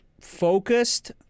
focused